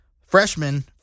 freshman